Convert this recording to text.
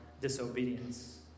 disobedience